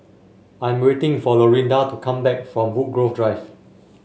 I am waiting for Lorinda to come back from Woodgrove Drive